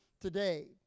today